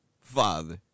father